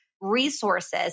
resources